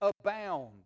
abound